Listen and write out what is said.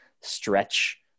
stretch